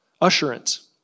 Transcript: assurance